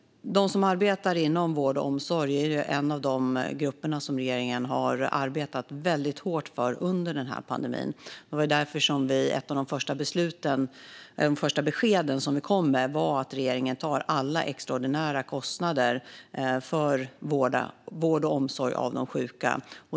De som arbetar inom vård och omsorg är en av de grupper som regeringen har arbetat väldigt hårt för under pandemin. Därför var ett av de första besked som vi kom med att regeringen tar alla extraordinära kostnader för vård och omsorg av de sjuka.